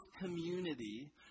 community